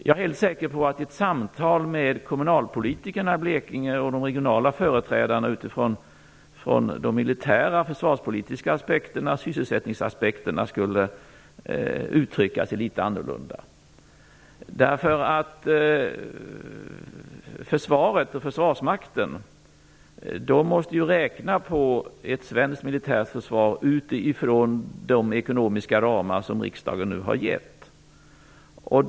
Jag är helt säker på att kommunalpolitikerna i Blekinge och de regionala företrädarna utifrån de militära försvarspolitiska aspekterna och sysselsättningsaspekterna i ett samtal skulle uttrycka sig litet annorlunda. Försvaret och Försvarsmakten måste räkna på ett svenskt militärt försvar utifrån de ekonomiska ramar som riksdagen har fastställt.